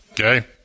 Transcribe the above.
Okay